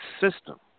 system